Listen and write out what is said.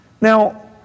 Now